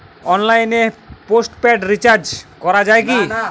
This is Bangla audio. অনলাইনে পোস্টপেড রির্চাজ করা যায় কি?